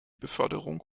beförderung